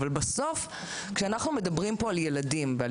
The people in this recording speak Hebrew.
אבל בסוף כשאנחנו מדברים פה על ילדים ועל